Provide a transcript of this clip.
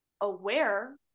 aware